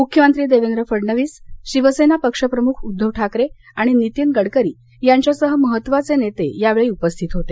मुख्यमंत्री देवेंद्र फडणवीस शिवसेना पक्षप्रमुख उद्दव ठाकरे आणि नितीन गडकरी यांच्यासह महत्त्वाये नेते यावेळी उपस्थित होते